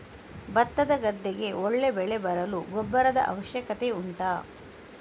ಭತ್ತದ ಗದ್ದೆಗೆ ಒಳ್ಳೆ ಬೆಳೆ ಬರಲು ಗೊಬ್ಬರದ ಅವಶ್ಯಕತೆ ಉಂಟಾ